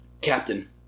Captain